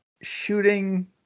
Shooting